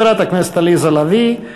חברת הכנסת עליזה לביא,